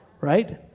right